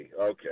Okay